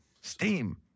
Steam